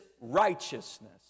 righteousness